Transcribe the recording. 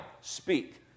speak